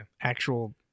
actual